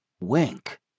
Wink